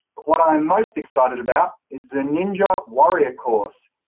what i am most excited about is the ninja warrior course.